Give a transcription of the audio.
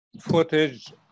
footage